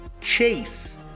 Chase